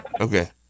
Okay